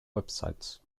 websites